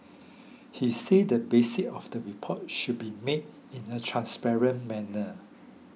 he said the basic of the report should be made in a transparent manner